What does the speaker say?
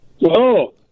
Whoa